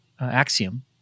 axiom